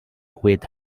with